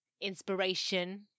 inspiration